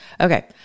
Okay